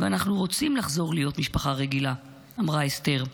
ואנחנו רוצים לחזור להיות משפה רגילה", אמרה אסתר.